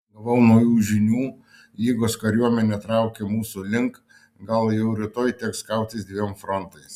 gavau naujų žinių lygos kariuomenė traukia mūsų link gal jau rytoj teks kautis dviem frontais